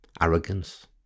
Arrogance